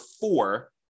four